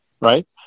right